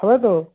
হবে তো